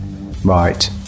Right